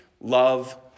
love